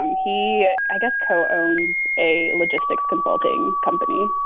um he, i guess, co-owns a logistics consulting company.